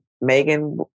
Megan